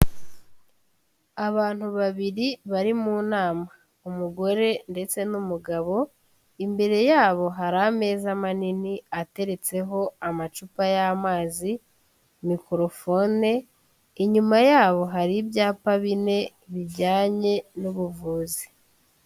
Abantu babiri bari mu nama, umugore ndetse n'umugabo, imbere yabo hari ameza manini ateretseho amacupa y'amazi, mikorofone, inyuma yabo hari ibyapa bine bijyanye n'ubuvuzi.